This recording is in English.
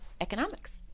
economics